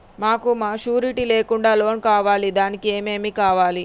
మాకు షూరిటీ లేకుండా లోన్ కావాలి దానికి ఏమేమి కావాలి?